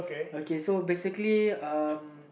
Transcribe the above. okay so basically uh